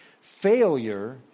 failure